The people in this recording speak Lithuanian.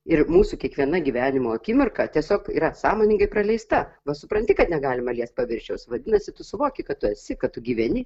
ir mūsų kiekviena gyvenimo akimirka tiesiog yra sąmoningai praleista va supranti kad negalima liest paviršiaus vadinasi tu suvoki kad tu esi kad tu gyveni